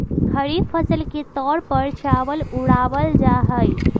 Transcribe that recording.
खरीफ फसल के तौर पर चावल उड़ावल जाहई